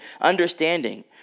understanding